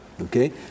Okay